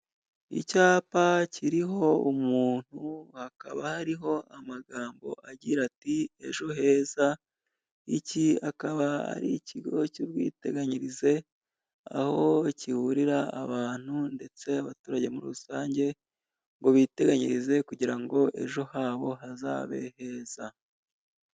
Icyapa kiriho umuntu hakaba hariho amagambo agira ati:'' Ejo heza.'' Iki akaba ari ikigo cy'ubwiteganyirize aho kiburira abantu ndetse abaturage muri rusange ngo biteganyirize kugira ngo ejo habo hazabe heza.